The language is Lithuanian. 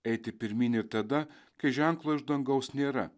eiti pirmyn ir tada kai ženklo iš dangaus nėra